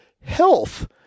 health